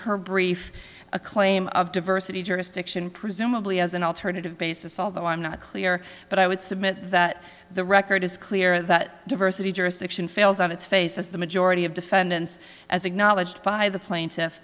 her brief a claim of diversity jurisdiction presumably as an alternative basis although i'm not clear but i would submit that the record is clear that diversity jurisdiction fails on its face as the majority of defendants as acknowledged by the plaintiffs